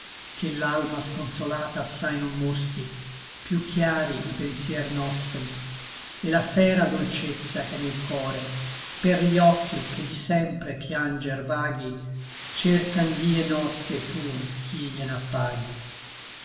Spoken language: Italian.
che l'alma sconsolata assai non mostri piú chiari i pensier nostri et la fera dolcezza ch'è nel core per gli occhi che di sempre pianger vaghi cercan dí et nocte pur chi glien'appaghi novo piacer